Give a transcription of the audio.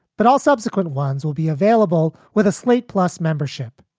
but all subsequent ones will be available with a slate plus membership.